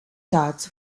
charts